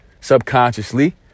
subconsciously